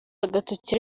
agatoki